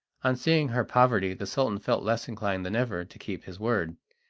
on seeing her poverty the sultan felt less inclined than ever to keep his word,